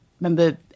remember